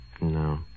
No